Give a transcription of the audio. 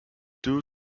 due